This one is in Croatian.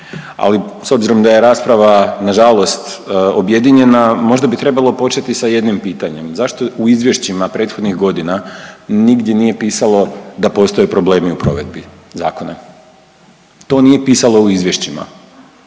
ali s obzirom da je rasprava nažalost objedinjenja možda bi trebalo početi sa jednim pitanjem. Zašto u izvješćima prethodnih godina nigdje nije pisalo da postoje problemi u provedbi zakona? To nije pisalo u izvješćima.